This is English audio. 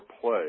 play